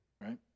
right